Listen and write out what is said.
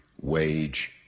wage